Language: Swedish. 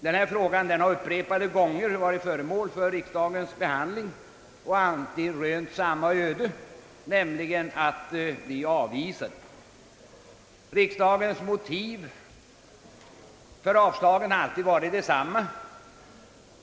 Denna fråga har upprepade gånger varit föremål för riksdagens behandling och alltid rönt samma öde, nämligen att bli avvisad. Riksdagens motiv för avslagen har alltid varit detsamma.